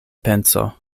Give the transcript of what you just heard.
penso